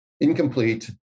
incomplete